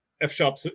F-sharp